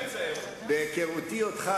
מהיכרותי אותך,